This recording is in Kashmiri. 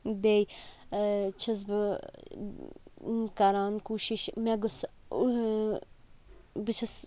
بیٚیہِ چھَس بہٕ کَران کوٗشِش مےٚ گوٚژھ بہٕ چھَس